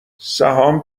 سهام